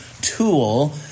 tool